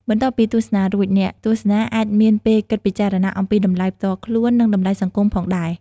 បន្ទាប់ពីទស្សនារួច អ្នកទស្សនាអាចមានពេលគិតពិចារណាអំពីតម្លៃផ្ទាល់ខ្លួន និងតម្លៃសង្គមផងដែរ។